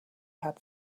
had